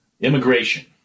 Immigration